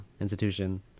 institution